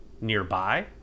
nearby